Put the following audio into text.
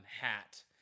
Hat